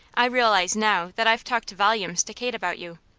i realize now that i've talked volumes to kate about you.